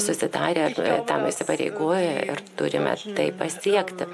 susitarę tam įsipareigoję ir turime tai pasiekti